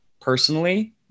Personally